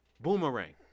Boomerang